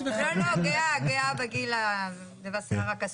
לא, לא, גאה בגיל ובשיער הכסוף.